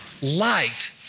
light